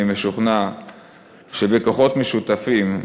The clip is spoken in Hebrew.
אני משוכנע שבכוחות משותפים,